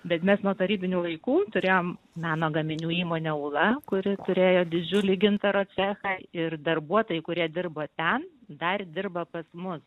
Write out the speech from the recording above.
bet mes nuo tarybinių laikų turėjom meno gaminių įmonę aula kuri turėjo didžiulį gintaro cechą ir darbuotojai kurie dirbo ten dar dirba pas mus